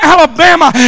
Alabama